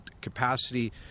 capacity